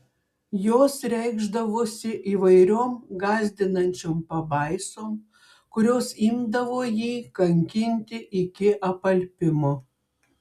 jos reikšdavosi įvairiom gąsdinančiom pabaisom kurios imdavo jį kankinti iki apalpimo